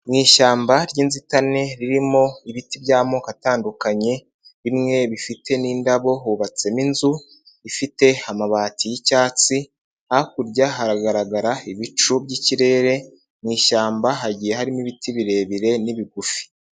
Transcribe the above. Mu ishyamba ry'inzitane ririmo ibiti by'amoko atandukanye, bimwe bifite n'indabo. Hubatsemo inzu ifite amabati y'icyatsi. Hakurya haragaragara ibicu by'ikirere. Mu ishyamba hagiye harimo ibiti birebire n'ibigufi.